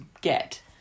get